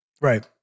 Right